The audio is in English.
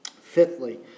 fifthly